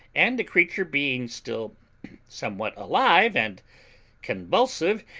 and the creature being still somewhat alive and convulsive,